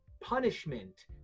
punishment